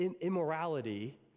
immorality